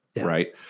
right